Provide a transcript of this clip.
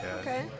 Okay